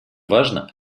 важно